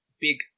big